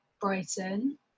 Brighton